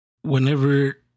whenever